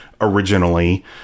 originally